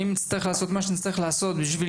ואם נצטרך לעשות מה שנצטרך לעשות בשביל